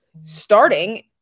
starting